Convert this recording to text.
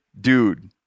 dude